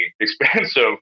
expensive